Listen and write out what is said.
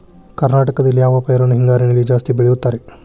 ಕರ್ನಾಟಕದಲ್ಲಿ ಯಾವ ಪೈರನ್ನು ಹಿಂಗಾರಿನಲ್ಲಿ ಜಾಸ್ತಿ ಬೆಳೆಯುತ್ತಾರೆ?